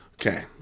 Okay